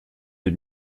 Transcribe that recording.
des